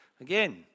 Again